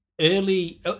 early